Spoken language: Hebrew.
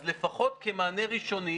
אז לפחות כמענה ראשוני,